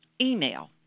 Email